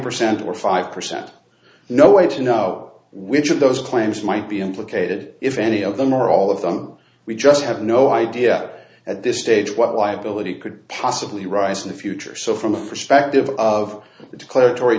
percent or five percent no way to know which of those claims might be implicated if any of them or all of them we just have no idea at this stage what liability could possibly rise in the future so from the perspective of the declar